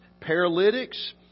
paralytics